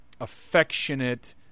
affectionate